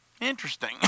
Interesting